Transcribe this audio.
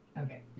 okay